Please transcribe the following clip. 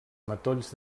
matolls